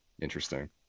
interesting